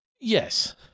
Yes